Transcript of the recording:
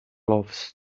loves